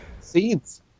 Seeds